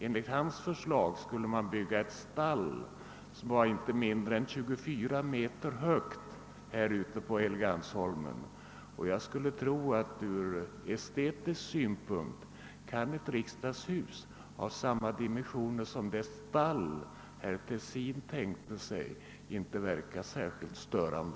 Enligt hans förslag skulle man här bygga ett stall, som var inte mindre än 24 meter högt, och jag skulle tro att ur estetisk synpunkt ett riksdagshus av samma dimension som det stall Tessin tänkt sig inte kan verka särskilt störande.